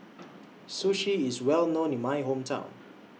Sushi IS Well known in My Hometown